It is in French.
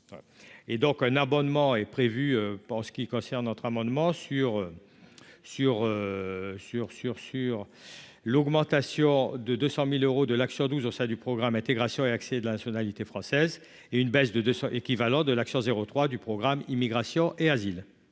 amendement sur sur sur sur sur l'augmentation de 200000 euros de l'action 12 au sein du programme intégration et accès de la nationalité française et une baisse de 200 équivalent de l'action 03 du programme Immigration et asile